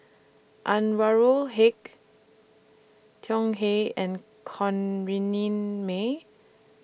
Anwarul Haque Tsung Hey and Corrinne May